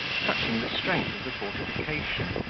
touching the strength of the fortification,